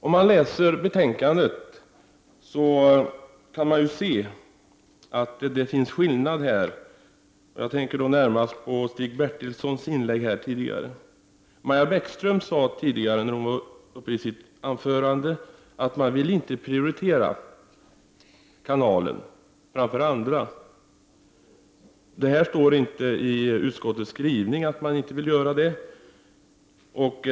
Om man läser betänkandet, så finner man att det finns skillnader. Jag avser främst Stig Bertilssons inlägg tidigare. Maja Bäckström sade att man inte vill prioritera den här kanalen framför andra kanaler. Det står inte i utskottets skrivning att man inte vill det.